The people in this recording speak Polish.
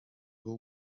był